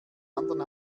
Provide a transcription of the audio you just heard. anderen